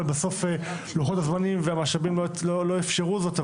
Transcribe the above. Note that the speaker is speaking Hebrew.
אבל בסוף לוחות הזמנים והמשאבים לא אפשרו זאת,